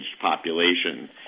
population